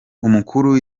umukuru